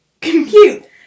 compute